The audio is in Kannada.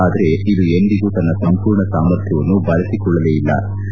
ಆದರೆ ಇದು ಎಂದಿಗೂ ತನ್ನ ಸಂಪೂರ್ಣ ಸಾಮರ್ಥ್ಯವನ್ನು ಬಳಸಿಕೊಳ್ಳಲು ಸಾಧ್ಯವಾಗಲಿಲ್ಲ